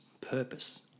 purpose